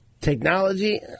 Technology